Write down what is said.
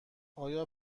آیا